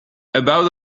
about